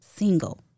single